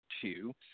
two